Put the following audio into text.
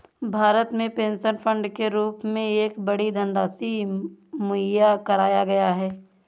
भारत में pension fund के रूप में एक बड़ी धनराशि मुहैया कराया गया है